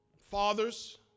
fathers